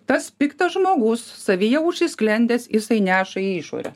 tas piktas žmogus savyje užsisklendęs jisai neša į išorę